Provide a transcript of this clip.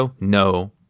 no